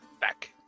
Back